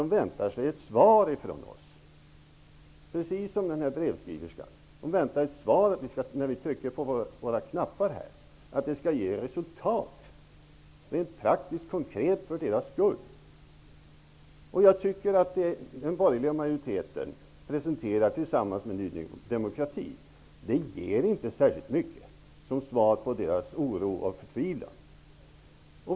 De väntar sig ett svar från oss, precis som den här brevskriverskan. Hon förväntar sig ett svar och att det skall ge resultat när vi trycker på våra knappar -- ett resultat som är rent praktiskt och konkret. De yttranden som den borgerliga majoriteten presenterar tillsammans med Ny demokrati ger inte särskilt mycket som svar på deras oro och förtvivlan.